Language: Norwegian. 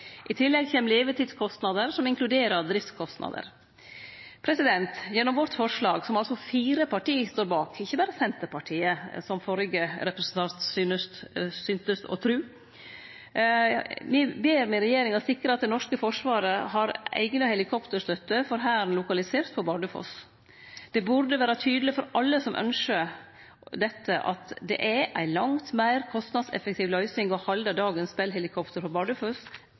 I tillegg kjem levetidskostnader, som inkluderer driftskostnader. Gjennom forslaget, som fire parti står bak – ikkje berre Senterpartiet, som førre representant syntest å tru – ber me «regjeringa sikre at det norske forsvaret har eigna helikopterstøtte for Hæren lokalisert på Bardufoss». Det burde vere tydeleg for alle som ynskjer dette, at det er ei langt meir kostnadseffektiv løysing å halde dagens Bell-helikopter på